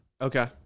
Okay